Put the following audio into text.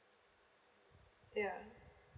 yeah